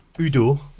Udo